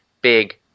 big